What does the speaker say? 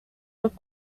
were